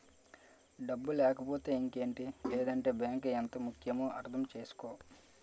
డబ్బు లేకపోతే ఇంకేటి లేదంటే బాంకు ఎంత ముక్యమో అర్థం చేసుకో